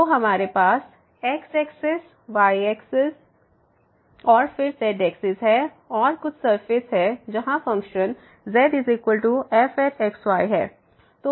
तो हमारे पास xएक्सिस yएक्सिस और फिर z एक्सिस है और कुछ सरफेस है जहां फ़ंक्शन zfx y है